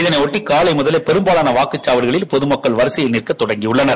இதனை ஒட்டி காலை முதலே பெரும்பாலான வாக்குச்சாவடிகளில் பொதுமக்கள் வரிசையில் நிற்கத் தொடங்கியுள்ளனர்